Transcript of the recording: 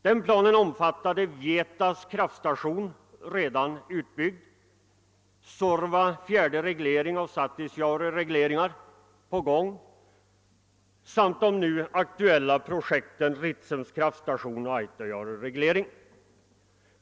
Denna plan omfattade Vietas kraftstation, redan utbyggd, Suorvas fjärde reglering, Satisjaures reglering samt de nu aktuella projekten Ritsems kraftstation och Autajaures reglering.